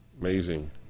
amazing